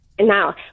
Now